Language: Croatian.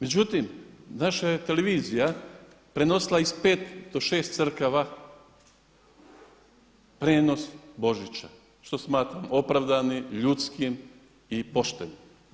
Međutim, naša je Televizija prenosila od 5 do 6 crkava prijenos Božića što smatram opravdanim, ljudskim i poštenim.